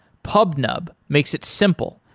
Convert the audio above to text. pubnub makes it simple,